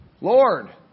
Lord